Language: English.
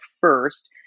first